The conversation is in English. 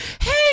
hey